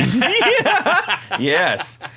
Yes